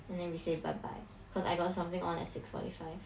and then we say bye bye because I got something on at six forty five